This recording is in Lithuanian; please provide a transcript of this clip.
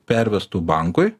pervestų bankui